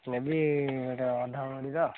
ନେବି ଗୋଟେ ଅଧା ଭରିର